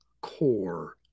core